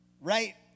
right